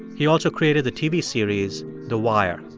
he also created the tv series the wire.